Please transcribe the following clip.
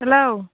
hello